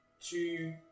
two